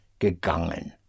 gegangen